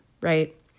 right